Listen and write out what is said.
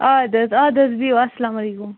آد حظ اَدٕ حظ بِہِو اَسلامُ علیکُم